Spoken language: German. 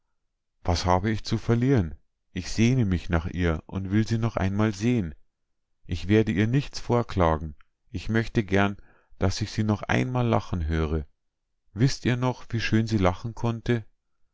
was habe ich zu verlieren ich sehne mich nach ihr und will sie noch einmal sehen ich werde ihr nichts vorklagen ich möchte gern daß ich sie noch einmal lachen hörte wißt ihr noch wie schön sie lachen konnte